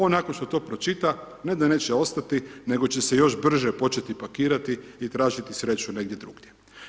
On nakon što to pročita, ne da neće ostati, nego će se još brže početi pakirati i tražiti sreću negdje drugdje.